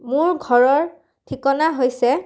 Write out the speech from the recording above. মোৰ ঘৰৰ ঠিকনা হৈছে